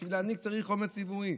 בשביל להנהיג צריך אומץ ציבורי.